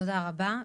תודה רבה.